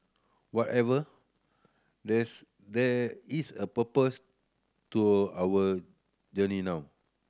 whatever this there is a purpose to our journey now